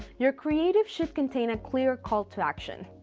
your creative should contain a clear call to action.